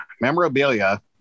Memorabilia